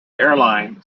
airline